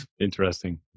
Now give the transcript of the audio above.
Interesting